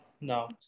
no